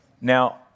Now